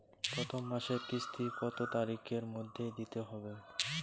প্রথম মাসের কিস্তি কত তারিখের মধ্যেই দিতে হবে?